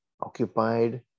occupied